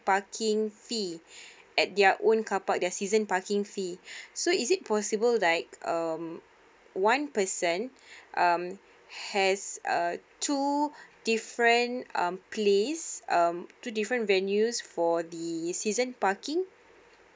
parking fee at their own carpark their season parking fee so is it possible like um one person um has uh two different um place um two different venues for the season parking